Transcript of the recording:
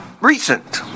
recent